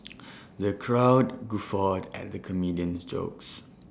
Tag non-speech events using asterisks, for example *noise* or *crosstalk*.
*noise* the crowd guffawed at the comedian's jokes